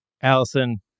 allison